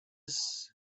sex